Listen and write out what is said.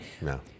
No